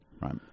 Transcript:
Right